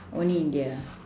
only india ah